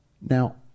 Now